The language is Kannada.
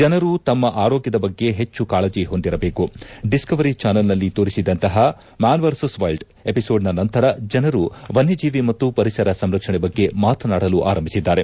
ಜನರು ತಮ್ಮ ಆರೋಗ್ಯದ ಬಗ್ಗೆ ಹೆಚ್ಚು ಕಾಳಜಿ ಹೊಂದಿರಬೇಕು ಡಿಸ್ನವರಿ ಚಾನೆಲ್ನಲ್ಲಿ ತೋರಿಸಿದಂತಹ ಮ್ಯಾನ್ ವರ್ಸಸ್ ವೈಲ್ಡ್ ಎಪಿಸೋಡ್ನ ನಂತರ ಜನರು ವನ್ಯಜೀವಿ ಮತ್ತು ಪರಿಸರ ಸಂರಕ್ಷಣೆ ಬಗ್ಗೆ ಮಾತನಾಡಲು ಆರಂಭಿಸಿದ್ದಾರೆ